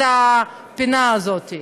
לסגור את הפינה הזאת.